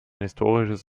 historisches